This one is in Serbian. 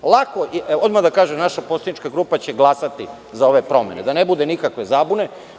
Odmah da kažem, naša poslanička grupa će glasati za ove promene, da ne bude nikakve zabrane.